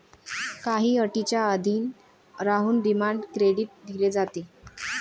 काही अटींच्या अधीन राहून डिमांड क्रेडिट दिले जाते